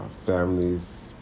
families